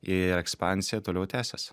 ir ekspansija toliau tęsis